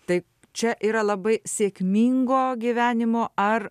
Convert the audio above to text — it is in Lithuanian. tai čia yra labai sėkmingo gyvenimo ar